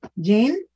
Jane